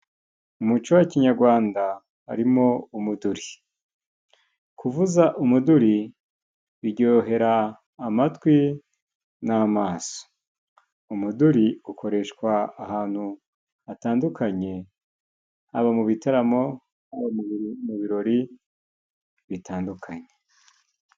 Mu muco wa kinyagwanda harimo umuduri .kuvuza umuduri biryohera amatwi n'amaso .umuduri ukoreshwa ahantu hatandukanye haba mu bitaramo ,haba mu birori bitandukanye.